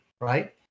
Right